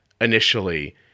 Initially